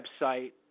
website